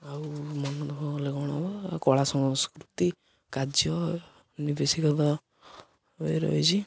ଆଉ ମନଦୁଃଖ କଲେ କ'ଣ ହବ କଳା ସଂସ୍କୃତି କାର୍ଯ୍ୟ ରହିଛି